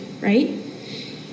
right